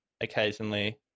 occasionally